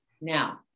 now